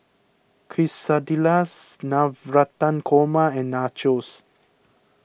Quesadillas Navratan Korma and Nachos